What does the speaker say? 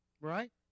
Right